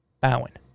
Bowen